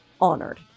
honored